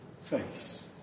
face